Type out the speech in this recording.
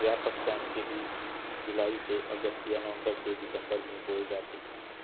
व्यापक सेम के बीज जुलाई से अगस्त या नवंबर से दिसंबर में बोए जाते हैं